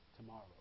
tomorrow